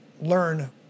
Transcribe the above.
learn